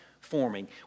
forming